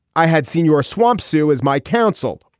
i had senior swamp sue as my counsel.